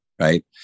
right